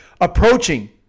approaching